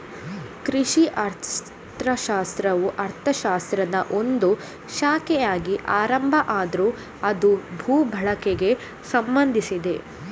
ಕೃಷಿ ಅರ್ಥಶಾಸ್ತ್ರವು ಅರ್ಥಶಾಸ್ತ್ರದ ಒಂದು ಶಾಖೆಯಾಗಿ ಆರಂಭ ಆದ್ರೂ ಅದು ಭೂ ಬಳಕೆಗೆ ಸಂಬಂಧಿಸಿದೆ